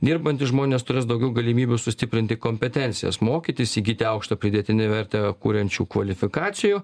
dirbantys žmonės turės daugiau galimybių sustiprinti kompetencijas mokytis įgyti aukštą pridėtinę vertę kuriančių kvalifikacijų